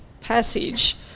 passage